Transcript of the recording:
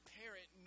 parent